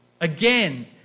again